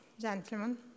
gentlemen